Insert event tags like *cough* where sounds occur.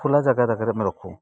ଖୋଲା ଜାଗାରେ *unintelligible* ଆମେ ରଖୁ